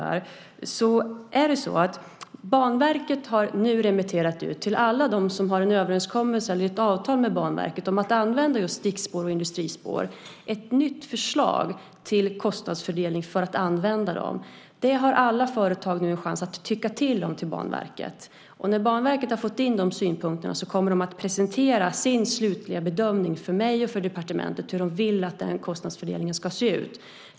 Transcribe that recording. Banverket har nu remitterat ut ett nytt förslag till kostnadsfördelning till alla dem som har en överenskommelse eller ett avtal med Banverket att använda just stickspår och industrispår. Det har alla företag nu en chans att tycka till om till Banverket. När Banverket har fått in de synpunkterna kommer det att presentera sin slutliga bedömning för mig och för departementet hur det vill att kostnadsfördelningen ska se ut.